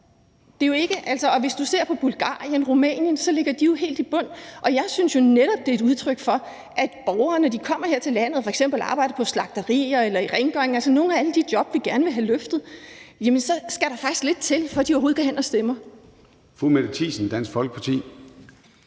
og hollændere. Hvis du ser på bulgarere og rumænere, ligger de helt i bunden. Og jeg synes jo netop, det er et udtryk for, at når der kommer borgere her til landet og f.eks. arbejder på slagterier eller med rengøring – nogle af alle de jobs, vi gerne vil have besat – så skal der faktisk lidt til, før de overhovedet går hen og stemmer. Kl. 10:43 Formanden (Søren